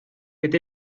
with